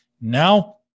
now